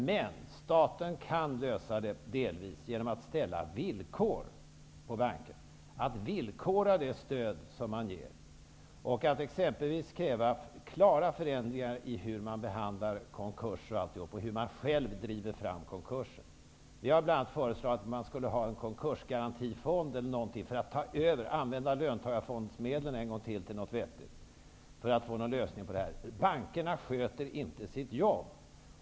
Men staten kan delvis lösa problemet genom att ställa upp villkor för bankerna. Man kan villkora det stöd som man ger, exempelvis genom att kräva klara förändringar av hur bankerna behandlar konkurser och själva driver fram konkurser. Vi har bl.a. föreslagit en konkursgarantifond för att få en lösning på detta. Man kunde använda löntagarfondsmedlen en gång till, för något vettigt. Bankerna sköter inte sitt jobb.